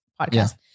podcast